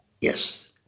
Yes